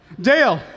Dale